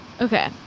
okay